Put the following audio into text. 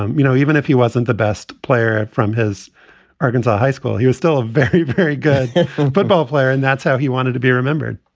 um you know, even if he wasn't the best player from his arkansas high school, he was still a very, very good football player. and that's how he wanted to be remembered